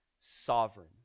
sovereign